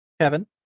Kevin